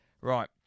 right